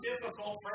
difficult